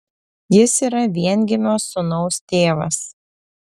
jis yra viengimio sūnaus tėvas